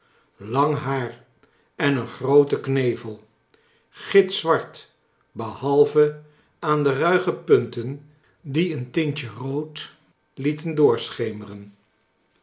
lang haar en een grooten knevel gitzwart behalve aan de ruige punten die een tintje rood lieten doorschemeren